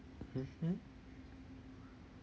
mmhmm